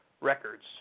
records